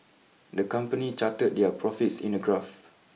the company charted their profits in a graph